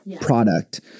product